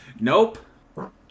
Nope